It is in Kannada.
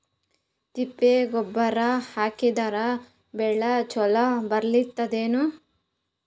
ತಿಪ್ಪಿ ಗೊಬ್ಬರ ಹಾಕಿದರ ಬೆಳ ಚಲೋ ಬೆಳಿತದೇನು?